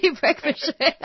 breakfast